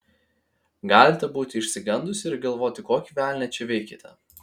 galite būti išsigandusi ir galvoti kokį velnią čia veikiate